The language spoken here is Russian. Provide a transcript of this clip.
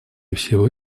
всего